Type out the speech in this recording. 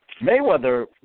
Mayweather